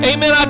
Amen